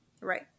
Right